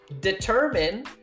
determine